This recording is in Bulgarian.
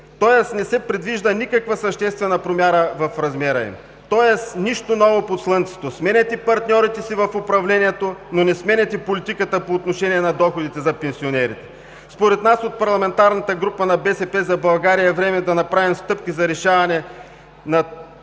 тоест не се предвижда никаква съществена промяна в размера им, или нищо ново под слънцето! Сменяте си партньорите в управлението, но не сменяте политиката по отношение на доходите за пенсионерите. Според нас от парламентарната група на „БСП за България“ е време да направим стъпки за решаване на